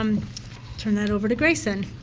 um turn that over to grace and